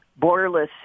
borderless